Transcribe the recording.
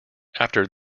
after